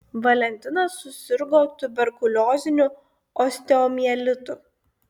valentinas susirgo tuberkulioziniu osteomielitu